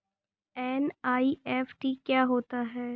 NEFT क्या होता है?